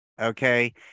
Okay